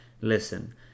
listen